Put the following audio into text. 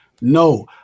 No